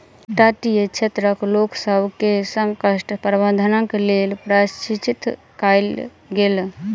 तटीय क्षेत्रक लोकसभ के संकट प्रबंधनक लेल प्रशिक्षित कयल गेल